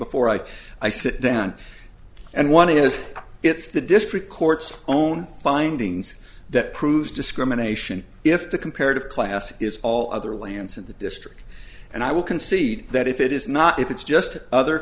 before i i sit down and one is it's the district court's own findings that proves discrimination if the comparative class is all other lands in the district and i will concede that if it is not if it's just other